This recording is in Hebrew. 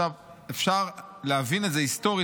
אפשר להבין את זה היסטורית,